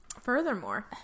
Furthermore